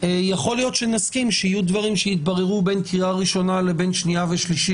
אני מציע שנקדיש את השעה הראשונה לדיון בסוגיה שדיברתי